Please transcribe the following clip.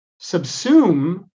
subsume